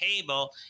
table